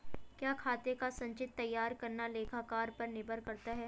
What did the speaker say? क्या खाते का संचित्र तैयार करना लेखाकार पर निर्भर करता है?